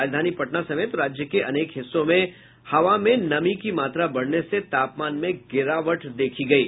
राजधानी पटना समेत राज्य के अनेक हिस्सों में हवा में नमी की मात्रा बढ़ने से तापमान में गिरावट देखी गयी